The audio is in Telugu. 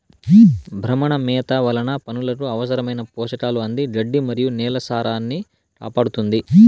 భ్రమణ మేత వలన పసులకు అవసరమైన పోషకాలు అంది గడ్డి మరియు నేల సారాన్నికాపాడుతుంది